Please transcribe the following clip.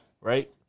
Right